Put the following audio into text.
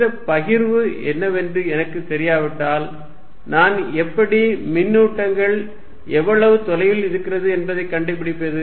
இந்த பகிர்வு என்னவென்று எனக்குத் தெரியாவிட்டால் நான் எப்படி மின்னூட்டங்கள் எவ்வளவு தொலைவில் இருக்கிறது என்பதை கண்டுபிடிப்பது